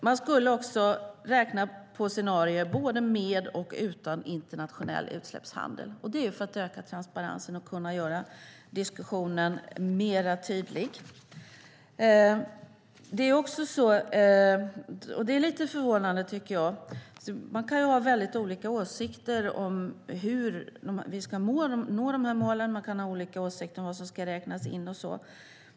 Man skulle också räkna på scenarier både med och utan internationell utsläppshandel. Det är för att öka transparensen och kunna göra diskussionen mer tydlig. Det är något som är lite förvånande, tycker jag. Man kan ha väldigt olika åsikter om hur vi ska nå de här målen. Man kan ha olika åsikter om vad som ska räknas in och så vidare.